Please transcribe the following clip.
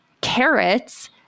carrots